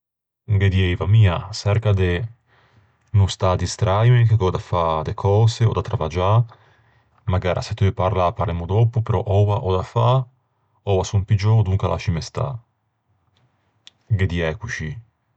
Ghe dieiva mia, çerca de no stà à distraime, che gh'ò da fâ de cöse, ò da travaggiâ. Magara se t'eu parlâ parlemmo dòppo, però oua ò da fâ, oua son piggiou, donca lascime stâ. Ghe diæ coscì.